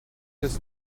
his